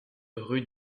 rue